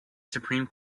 supreme